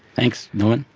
thanks norman.